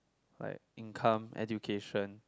like income education